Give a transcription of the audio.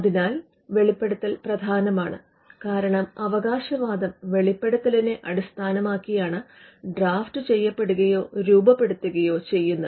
അതിനാൽ വെളിപ്പെടുത്തൽ പ്രധാനമാണ് കാരണം അവകാശവാദം വെളിപ്പെടുത്തലിനെ അടിസ്ഥാനമാക്കിയാണ് ഡ്രാഫ്റ്റ് ചെയ്യപെടുകെയോ രൂപപ്പെടുത്തുകെയോ ചെയ്യുന്നത്